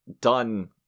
done